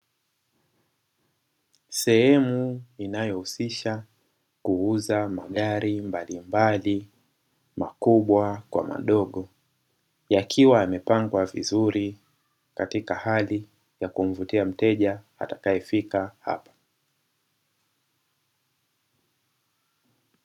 Sehemu inayohusisha kuuza magari mbalimbali makubwa kwa madogo, yakiwa yamepangwa vizuri katika hali ya kumvutia mteja atakaefika hapa.